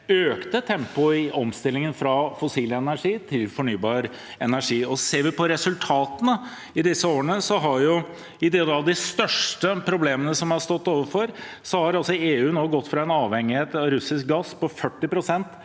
økte tempoet i omstillingen fra fossil energi til fornybar energi. Ser man på resultatene disse årene, med de største problemene man har stått overfor, har EU gått fra en avhengighet av russisk gass på 40 pst.